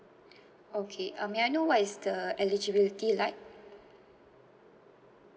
okay uh may I know what is the uh eligibility like